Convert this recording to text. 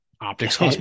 optics